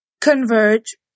converge